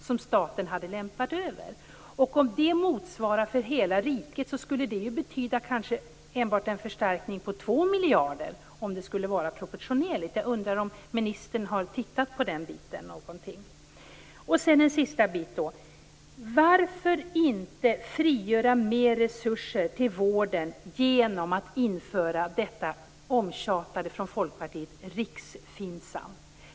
För hela riket skulle det, om det här är proportionerligt, betyda en förstärkning på kanske enbart 2 miljarder kronor. Jag undrar om ministern har tittat på den biten. Varför inte frigöra mera resurser till vården genom att införa riks-FINSAM, som vi i Folkpartiet har tjatat om?